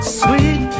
sweet